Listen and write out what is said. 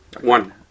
one